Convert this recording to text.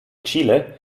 chile